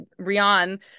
Rian